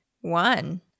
one